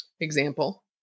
example